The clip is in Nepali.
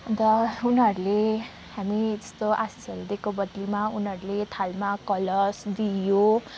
अन्त उनीहरूले हामी त्यस्तो आशीषहरू दिएको बद्लीमा उनीहरूले थालमा कलश दियो